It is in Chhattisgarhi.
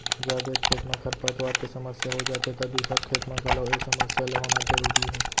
जब एक खेत म खरपतवार के समस्या हो जाथे त दूसर खेत म घलौ ए समस्या ल होना जरूरी हे